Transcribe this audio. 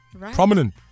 prominent